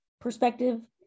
perspective